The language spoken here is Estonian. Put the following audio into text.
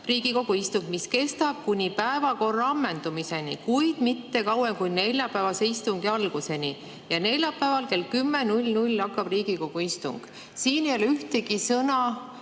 Riigikogu istung, mis kestab kuni päevakorra ammendumiseni, kuid mitte kauem kui neljapäevase istungi alguseni, ja neljapäeval kell 10.00 hakkab [uus] Riigikogu istung. Siin ei ole ühtegi sõna